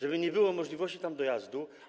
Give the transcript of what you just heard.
Żeby nie było możliwości dojazdu?